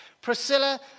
Priscilla